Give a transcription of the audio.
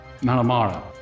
Malamara